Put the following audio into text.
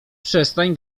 przestań